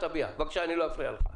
תביע, בבקשה, אני לא אפריע לך.